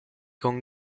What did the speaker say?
con